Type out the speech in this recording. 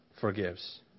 forgives